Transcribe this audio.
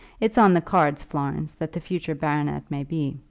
it's on the cards, florence, that the future baronet may be